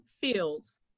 fields